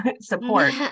support